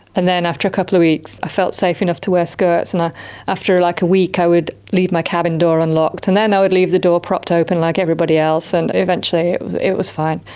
and then after a couple of weeks i felt safe enough to wear skirts, and after like a week i would leave my cabin door unlocked, and then i would leave the door propped open like everybody else, and eventually it was fine.